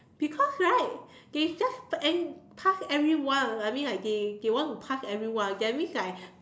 because right they just end pass everyone I mean like they they want to pass everyone that means like